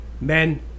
Men